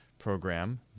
Program